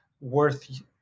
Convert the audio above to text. worth